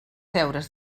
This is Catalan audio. deures